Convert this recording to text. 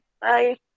Bye